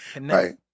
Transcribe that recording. Right